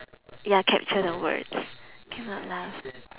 ya capture the words cannot lah